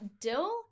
dill